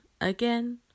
again